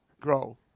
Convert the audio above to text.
grow